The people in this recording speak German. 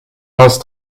hast